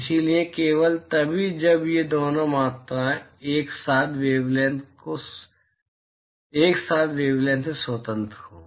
इसलिए केवल तभी जब ये दोनों मात्राएँ एक साथ वेवलैंथ से स्वतंत्र हों